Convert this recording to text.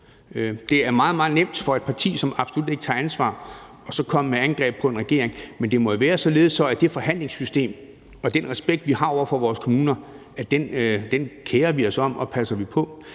meget, meget nemt for et parti, som absolut ikke tager ansvar, at komme med angreb på en regering, men det må være således, at det forhandlingssystem, vi har, og den respekt, vi har over for vores kommuner, er noget, vi kerer os om og passer på.